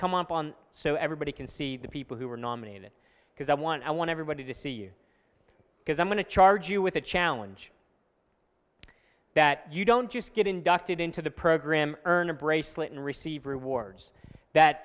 come up on so everybody can see the people who were nominated because i want i want everybody to see you because i'm going to charge you with a challenge that you don't just get inducted into the program earn a bracelet and receive rewards that